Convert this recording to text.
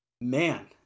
man